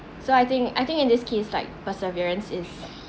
so I think I think in this case like perseverance is